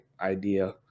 idea